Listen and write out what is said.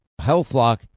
HealthLock